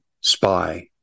spy